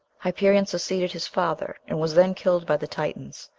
hyperion succeeded his father, and was then killed by the titans.